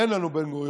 אין לנו בן-גוריון,